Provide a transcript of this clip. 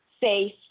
safe